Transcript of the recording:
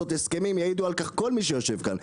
הסכמים יעידו על כך כל מי שיושב פה,